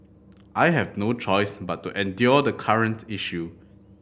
I have no choice but to endure the current issue